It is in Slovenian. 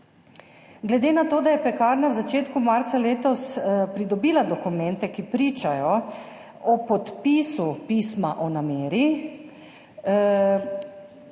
Glede na to, da je Pekarna v začetku marca letos pridobila dokumente, ki pričajo o podpisu pisma o prodaji